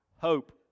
hope